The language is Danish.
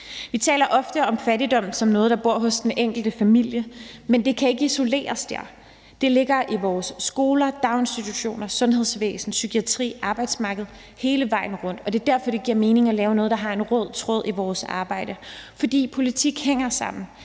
Vi taler tit om fattigdom som noget, der bor hos den enkelte familie, men det kan ikke isoleres dér. Det ligger i vores skoler, daginstitutioner, sundhedsvæsen, psykiatri, arbejdsmarked, hele vejen rundt, det er derfor, det giver mening at lave noget, der har en rød tråd i vores arbejde, for politik hænger sammen.